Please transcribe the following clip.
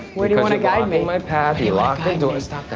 where do you want to guide me? my path. he lock the door. stop that.